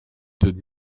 did